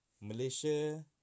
Malaysia